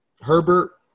Herbert